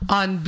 on